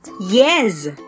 Yes